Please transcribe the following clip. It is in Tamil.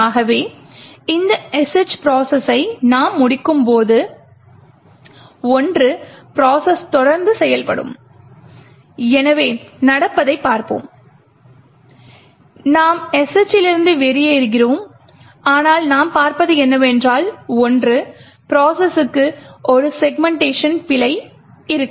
ஆகவே இந்த sh ப்ரோசஸை நாம் முடிக்கும்போது "1" ப்ரோசஸ் தொடர்ந்து செயல்படும் எனவே நடப்பதைப் பார்ப்போம் நாம் sh இலிருந்து வெளியேறுகிறோம் ஆனால் நாம் பார்ப்பது என்னவென்றால் "1" ப்ரோசஸ்க்கு ஒரு செக்மென்ட்டேஷன் பிழை இருக்கும்